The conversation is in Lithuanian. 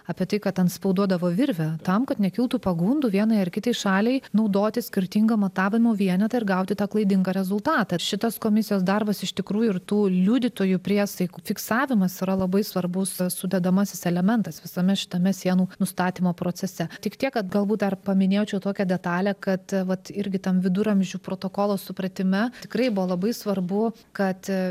apie tai kad antspauduodavo virvę tam kad nekiltų pagundų vienai ar kitai šaliai naudoti skirtingą matavimo vienetą ir gauti tą klaidingą rezultatą ir šitas komisijos darbas iš tikrųjų ir tų liudytojų priesaikų fiksavimas yra labai svarbus sudedamasis elementas visame šitame sienų nustatymo procese tik tiek kad galbūt dar paminėčiau tokią detalę kad vat irgi tam viduramžių protokolo supratime tikrai buvo labai svarbu kad